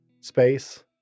space